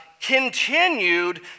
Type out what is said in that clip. continued